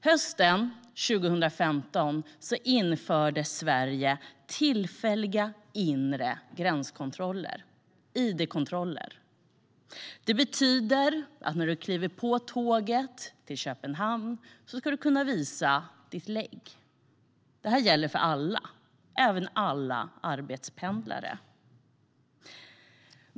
Hösten 2015 införde Sverige tillfälliga inre gränskontroller, id-kontroller. Det betyder att när du kliver på tåget till Köpenhamn ska du kunna visa ditt legg. Det gäller för alla, även alla arbetspendlare.